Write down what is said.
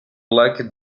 lucky